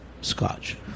scotch